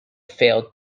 failed